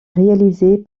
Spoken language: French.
réalisés